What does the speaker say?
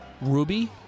ruby